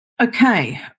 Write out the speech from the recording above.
Okay